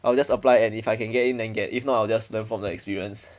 I will just apply and if I can get in then get if not I will just learn from the experience